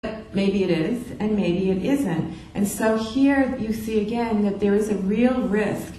אבל אולי כן ואולי לא וכאן אתה רואה עוד פעם שיש ריסק ראוי